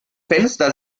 fenster